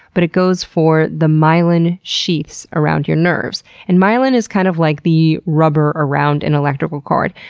but it goes for the myelin sheaths around your nerves. and myelin is kind of like the rubber around an electrical cord.